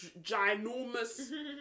ginormous